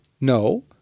No